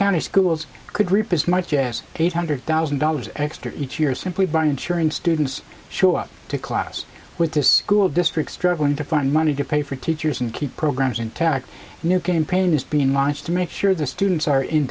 county schools could reap as much as eight hundred thousand dollars extra each year simply by ensuring students show up to class with this school district struggling to find money to pay for teachers and keep programs intact a new game plan is being launched to make sure the students are in